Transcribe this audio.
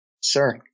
Sir